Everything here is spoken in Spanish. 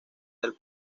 del